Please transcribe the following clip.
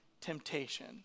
temptation